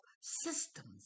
systems